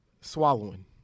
Swallowing